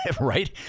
Right